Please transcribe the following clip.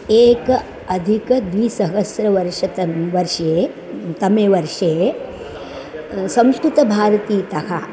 एकाधिकद्विसहस्रवर्षतमे वर्षे तमे वर्षे संस्कृतभारतीतः